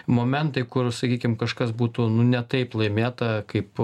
momentai kur sakykim kažkas būtų nu ne taip laimėta kaip